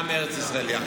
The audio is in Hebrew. גם ארץ ישראל היא,